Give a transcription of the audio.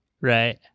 Right